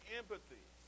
empathy